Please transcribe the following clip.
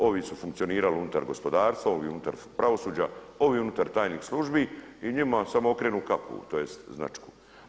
Ovi su funkcionirali unutar gospodarstva, ovi unutar pravosuđa, ovi unutar tajnih službi i njima samo okrenu kapu, tj. značku.